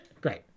Great